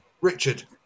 Richard